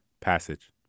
Passage